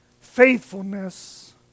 faithfulness